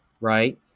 right